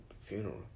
funeral